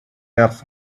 earth